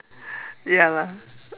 ya lah